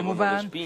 כמובן,